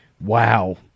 Wow